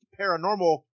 paranormal